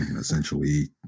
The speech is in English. Essentially